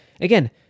Again